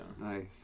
nice